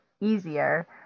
easier